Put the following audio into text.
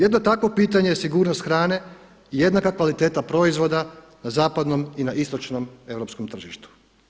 Jedno takvo pitanje je sigurnost hrane i jednaka kvaliteta proizvoda na zapadnom i na istočnom europskom tržištu.